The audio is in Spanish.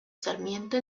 sarmiento